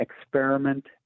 experiment